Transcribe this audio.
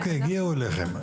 בסדר, הגיעו אליכם.